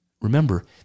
Remember